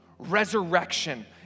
Resurrection